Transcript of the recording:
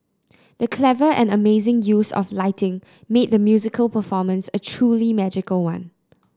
the clever and amazing use of lighting made the musical performance a truly magical one